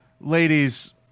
ladies